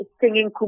singing